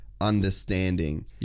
understanding